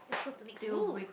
lets go to next !woo!